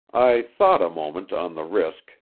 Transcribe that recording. i thought a moment on the risk,